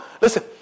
listen